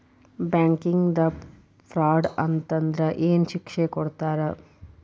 ಬ್ಯಾಂಕಿಂದಾ ಫ್ರಾಡ್ ಅತಂದ್ರ ಏನ್ ಶಿಕ್ಷೆ ಕೊಡ್ತಾರ್?